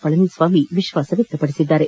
ಪಳನಿಸ್ವಾಮಿ ವಿಶ್ವಾಸ ವ್ಯಕ್ತಪಡಿಸಿದ್ದಾರೆ